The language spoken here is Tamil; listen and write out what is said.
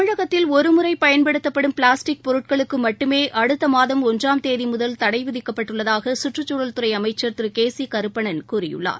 தமிழகத்தில் ஒருமுறைபயன்படுத்தப்படும் பிளாஸ்டிக் பொருட்களுக்குமட்டுமேஅடுத்தமாதம் ஒன்றாம் தேதிமுதல் தடைவிதிக்கப்பட்டுள்ளதாககற்றுச்சூழல் துறைஅமைச்சர் திருகேசிகருப்பணன் கூறியுள்ளார்